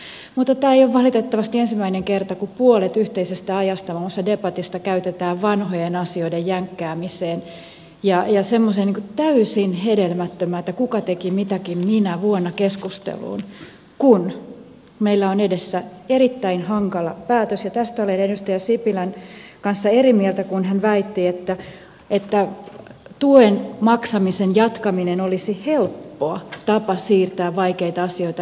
mutta tämä ei ole valitettavasti ensimmäinen kerta kun puolet yhteisestä ajasta muun muassa debatista käytetään vanhojen asioiden jänkkäämiseen ja semmoiseen ikään kuin täysin hedelmättömään kuka teki mitäkin minä vuonna keskusteluun kun meillä on edessämme erittäin hankala päätös ja tästä olen edustaja sipilän kanssa eri mieltä kun hän väitti että tuen maksamisen jatkaminen olisi helppo tapa siirtää vaikeita asioita eteenpäin